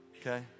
Okay